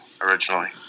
originally